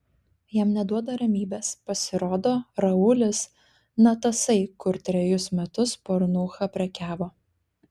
jam neduoda ramybės pasirodo raulis na tasai kur trejus metus pornucha prekiavo